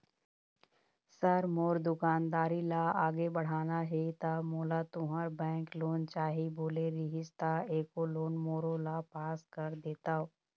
Sir मोर दुकानदारी ला आगे बढ़ाना हे ता मोला तुंहर बैंक लोन चाही बोले रीहिस ता एको लोन मोरोला पास कर देतव?